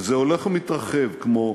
וזה הולך ומתרחב, כמו